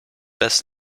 best